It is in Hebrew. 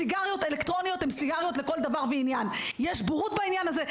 סיגריות אלקטרוניות הן סיגריות לכל דבר ועניין .יש בורות בעניין הזה,